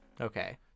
Okay